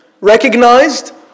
recognized